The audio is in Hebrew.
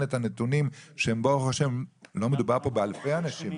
את הנתונים שברוך השם לא מדובר פה באלפי אנשים,